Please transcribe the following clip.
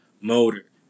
motor